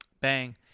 Bang